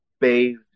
bathed